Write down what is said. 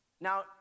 Now